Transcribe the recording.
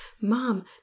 Mom